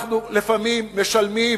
אנחנו לפעמים משלמים